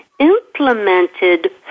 implemented